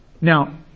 Now